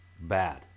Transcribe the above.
bad